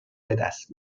بدست